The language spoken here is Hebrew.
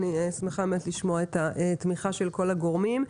אני שמחה לשמוע את התמיכה של כל הגורמים.